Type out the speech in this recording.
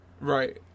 Right